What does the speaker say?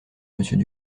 monsieur